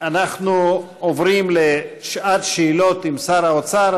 אנחנו עוברים לשעת שאלות עם שר האוצר.